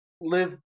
live